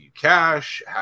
cash